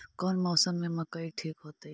कौन मौसम में मकई ठिक होतइ?